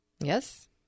Yes